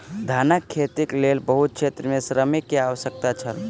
धानक खेतीक लेल बहुत क्षेत्र में श्रमिक के आवश्यकता छल